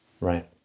Right